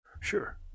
sure